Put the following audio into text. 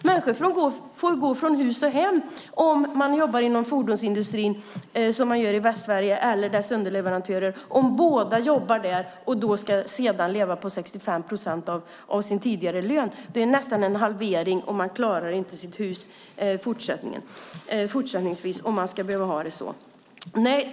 Människor får gå från hus och hem om de jobbar inom fordonsindustrin eller hos dess underleverantörer, såsom i Västsverige. Om båda jobbar där och sedan ska leva på 65 procent av sin tidigare lön innebär det nästan en halvering av inkomsten, och man klarar inte av att behålla sitt hus fortsättningsvis.